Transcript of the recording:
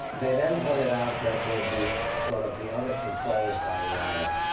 they then pointed out that there'd be, sort of, the other controls by wire,